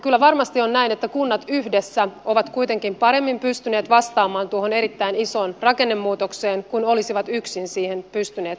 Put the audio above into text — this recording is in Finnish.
kyllä varmasti on näin että kunnat yhdessä ovat kuitenkin paremmin pystyneet vastaamaan tuohon erittäin isoon rakennemuutokseen kuin olisivat yksin siihen pystyneet vastaamaan